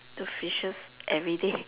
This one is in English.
the fishes everyday